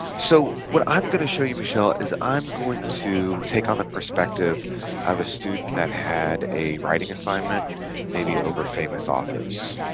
so what i'm gonna show you michelle is i'm going to take on the perspective of a student that had a writing assignment maybe over famous off